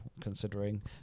considering